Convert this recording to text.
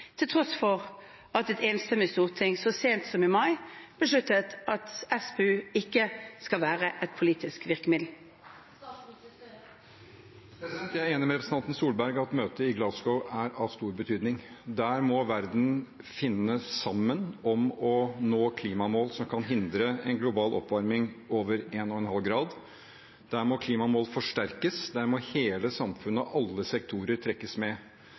Jeg er enig med representanten Solberg i at møtet i Glasgow er av stor betydning. Der må verden finne sammen om å nå klimamål som kan hindre en global oppvarming over 1,5 grader. Der må klimamål forsterkes. Der må hele samfunnet og alle sektorer trekkes med.